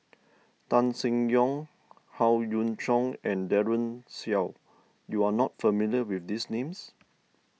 Tan Seng Yong Howe Yoon Chong and Daren Shiau you are not familiar with these names